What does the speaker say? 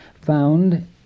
found